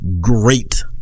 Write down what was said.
great